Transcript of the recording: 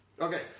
Okay